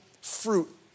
fruit